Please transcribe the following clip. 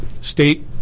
state